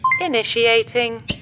Initiating